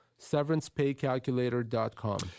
severancepaycalculator.com